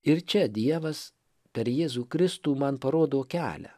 ir čia dievas per jėzų kristų man parodo kelią